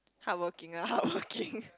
hardworking ah hardworking